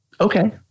okay